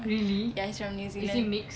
ya he's from new zealand